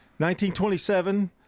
1927